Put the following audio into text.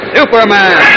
Superman